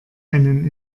einen